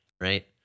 right